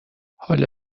حالا